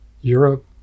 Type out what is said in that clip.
europe